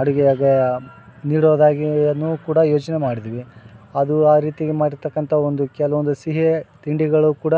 ಅಡುಗೆಯಾಗೆ ನೀಡೋದಾಗಿ ಅನ್ನು ಕೂಡ ಯೋಚನೆ ಮಾಡಿದಿವಿ ಅದು ಆ ರೀತಿ ಮಾಡಿರ್ತಕ್ಕಂಥ ಒಂದು ಕೆಲವೊಂದು ಸಿಹಿ ತಿಂಡಿಗಳು ಕೂಡ